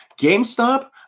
GameStop